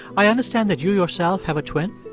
i understand that you yourself have a twin?